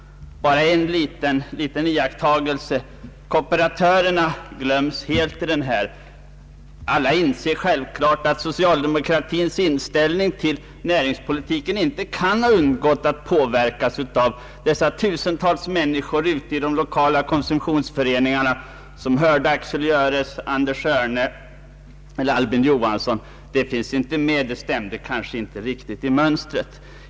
Bara en liten iakttagelse: kooperatörerna glöms helt. Alla inser självklart att socialdemokratins inställning till näringspolitiken inte kan ha undgått att påverkas av dessa tusentals människor ute i de lokala konsumtionsföreningarna som hörde Axel Gjöres, Anders Örne eller Albin Johansson. De finns inte med; de kanske inte passade riktigt i mönstret.